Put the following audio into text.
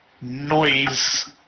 noise